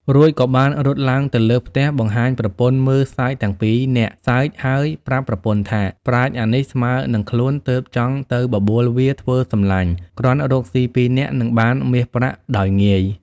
រួចក៏បានរត់ឡើងទៅលើផ្ទះបង្ហាញប្រពន្ធមើលសើចទាំងពីនាក់សើចហើយប្រាប់ប្រពន្ធថាប្រាជ្ញអានេះស្មើនឹងខ្លួនទើបចង់ទៅបបួលវាធ្វើសំឡាញ់គ្រាន់រកស៊ីពីរនាក់នឹងបានមាសប្រាក់ដោយងាយ។